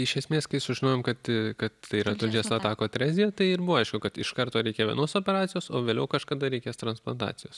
iš esmės kai sužinojom kad kad tai yra tulžies latakų atrezija tai ir buvo aišku kad iš karto reikia vienos operacijos o vėliau kažkada reikės transplantacijos